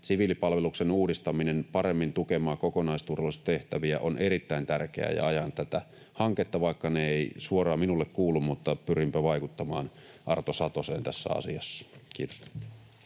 Siviilipalveluksen uudistaminen paremmin tukemaan kokonaisturvallisuustehtäviä on erittäin tärkeää, ja ajan tätä hanketta, vaikka se ei suoraan minulle kuulu. Mutta pyrinpä vaikuttamaan Arto Satoseen tässä asiassa. — Kiitos.